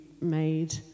made